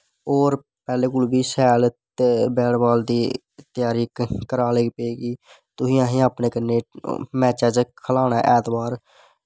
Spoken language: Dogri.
होर पैह्लें कोलू बी शैल ते बैटबॉल दी त्यारी करान लगी पे तुसें असैं अपने कन्नै मैचै च खलाना ऐतबार